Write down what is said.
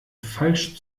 falsch